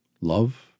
love